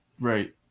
Right